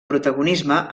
protagonisme